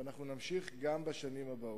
ונמשיך גם בשנים הבאות.